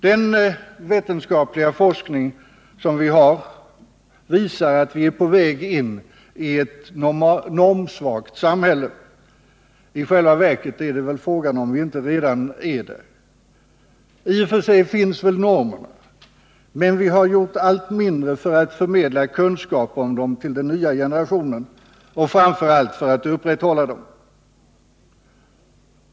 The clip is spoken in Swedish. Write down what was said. Den vetenskapliga forskning som vi har visar att vi är på väg in i ett normsvagt samhälle. I själva verket är väl frågan om vi inte redan är där. I och för sig finns väl normerna, men vi har gjort allt mindre för att förmedla kunskap om dem till den nya generationen och framför allt för att upprätthålla dem.